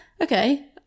okay